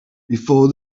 before